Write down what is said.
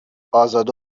ازاده